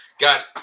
got